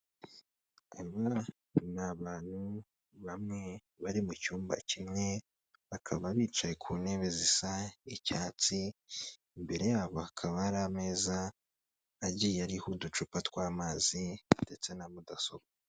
Aba ni abantu bamwe bari mu cyumba kimwe, bakaba bicaye ku ntebe zisa icyatsi, imbere yabo hakaba hari ameza agiye ariho uducupa tw'amazi ndetse na mudasobwa.